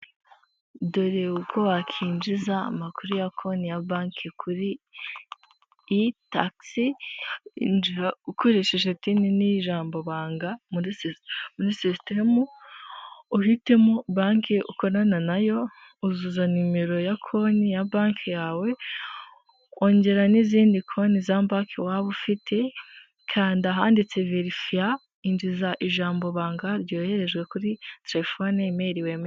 Dore uko wakinjiza amakuru ya konti ya banki kuri i tagisi ukoresheje tini nijambo banga systemu utemo banki u ukorana nayo uzuza nimero ya konti ya banki yawe ongera n'izindi konti za banki waba ufite kanda ahanditse verifiya injiza ijambo i ban ryoherejwe kuri telefone emeyiri wemewe.